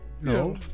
No